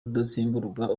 rudatsimburwa